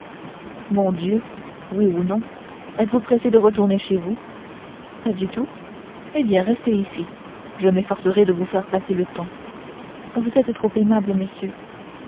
mon dieu oui ou non êtes-vous pressée de retourner chez vous pas du tout eh bien restez ici je m'efforcerai de vous faire passer le temps vous êtes trop aimable monsieur